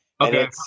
Okay